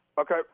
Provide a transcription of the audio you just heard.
Okay